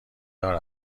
دار